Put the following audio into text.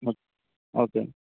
okay